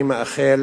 אני מאחל